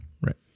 Right